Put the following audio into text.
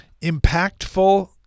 impactful